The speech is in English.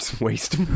Waste